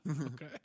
Okay